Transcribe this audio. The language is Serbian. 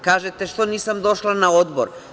Kažete – što nisam došla na Odbor.